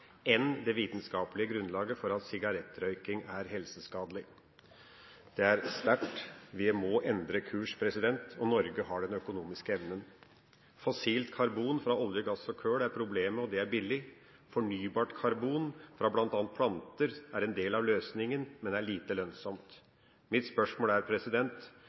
enn det vitenskapelige grunnlaget for at sigarettrøyking er helseskadelig. Det er sterkt. Vi må endre kurs, og Norge har den økonomiske evnen. Fossilt karbon fra olje, gass og kull er problemet, og det er billig. Fornybart karbon fra bl.a. planter er en del av løsninga, men er lite lønnsomt. Mitt spørsmål er: